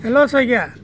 hello Saikia